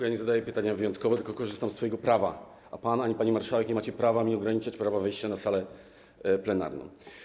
Ja nie zadaję pytania wyjątkowo, tylko korzystam ze swojego prawa, a pan ani pani marszałek nie macie prawa ograniczać mi prawa wejścia na salę plenarną.